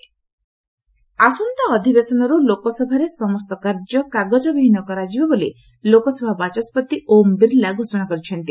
Lok Sabha paperless ଆସନ୍ତା ଅଧିବେଶନର୍ତ ଲୋକସଭାରେ ସମସ୍ତ କାର୍ଯ୍ୟ କାଗଜବିହୀନ କରାଯିବ ବୋଲି ଲୋକସଭା ବାଚସ୍କତି ଓମ୍ ବିର୍ଲା ଘୋଷଣା କରିଛନ୍ତି